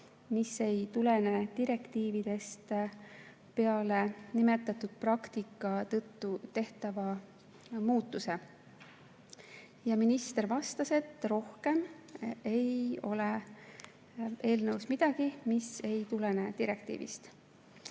mis ei tulene direktiividest, peale nimetatud praktika tõttu tehtava muudatuse. Minister vastas, et rohkem ei ole eelnõus midagi, mis ei tulene direktiivist. Arutelu